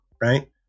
right